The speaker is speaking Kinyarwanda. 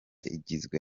igizwe